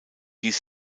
dies